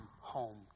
home